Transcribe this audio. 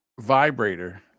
vibrator